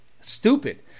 Stupid